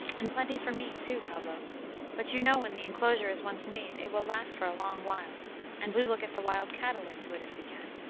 and plenty for me, too, pablo but you know when the inclosure is once made it will last for a long while and we will get the wild cattle into it if we can.